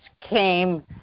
came